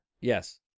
yes